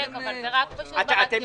עודד, אבל זה רק בשנה ראשונה שלו.